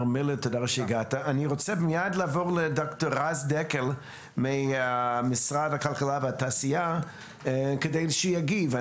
אני רוצה לעבור לדוקטור רז דקל ממשרד הכלכלה והתעשייה כדי שיגיב.